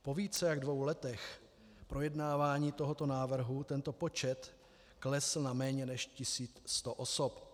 Po více jak dvou letech projednávání tohoto návrhu tento počet klesl na méně než 1 100 osob.